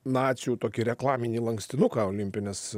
nacių tokį reklaminį lankstinuką olimpines